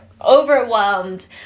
overwhelmed